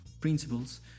principles